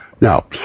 Now